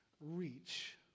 reach